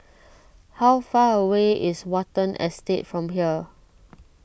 how far away is Watten Estate from here